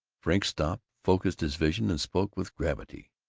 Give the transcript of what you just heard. frink stopped, focused his vision, and spoke with gravity